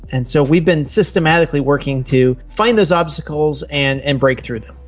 and so we've been systematically working to find those obstacles and and break through them.